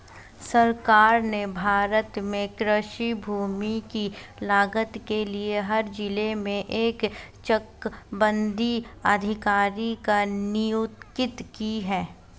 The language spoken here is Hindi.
सरकार ने भारत में कृषि भूमि की लागत के लिए हर जिले में एक चकबंदी अधिकारी की नियुक्ति की है